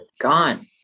Gone